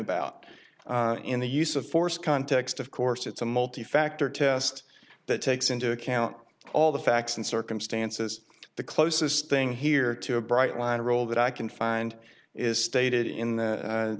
about in the use of force context of course it's a multi factor test that takes into account all the facts and circumstances the closest thing here to a bright line rule that i can find is stated in the u